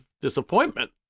disappointment